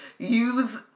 use